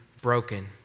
broken